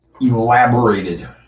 elaborated